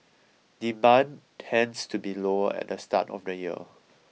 demand tends to be lower at the start of the year